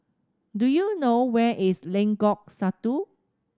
do you know where is Lengkong Satu